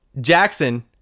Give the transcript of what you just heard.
Jackson